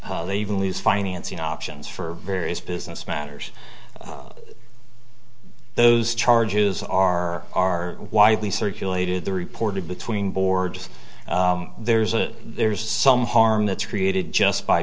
they even lose financing options for various business matters those charges are are widely circulated the reported between boards there's a there's some harm that's created just by